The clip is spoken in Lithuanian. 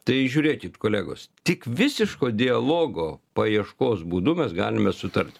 tai žiūrėkit kolegos tik visiško dialogo paieškos būdu mes galime sutarti